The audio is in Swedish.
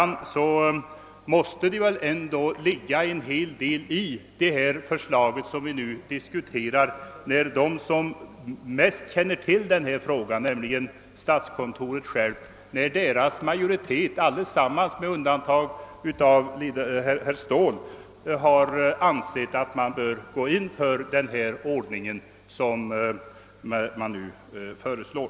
Att det måste ligga en hel del i det förslag som vi nu diskuterar framgår väl ändå av att majoriteten inom den instans, statskontoret, som bäst känner till denna fråga, med undantag endast av herr Ståhl, har ansett att man bör gå in för den ordning som nu föreslås.